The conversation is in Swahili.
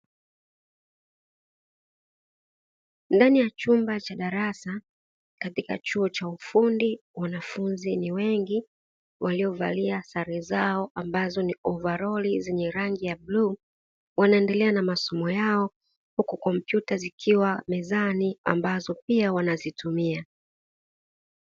Ndani ya chumba cha darasa katika chuo cha ufundi wanafunzi ni wengi, waliovalia sare zao ambazo ni ovaroli zenye rangi ya bluu, wanaendelea na masomo yao; huku kompyuta zikiwa mezani ambazo pia wanazitumia.